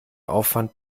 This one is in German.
aufwand